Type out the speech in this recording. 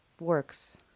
works